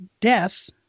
death